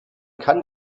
kann